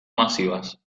massives